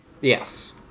Yes